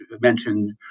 mentioned